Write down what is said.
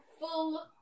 full